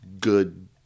good